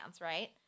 right